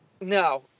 no